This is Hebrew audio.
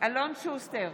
אלון שוסטר,